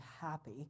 happy